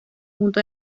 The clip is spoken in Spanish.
junto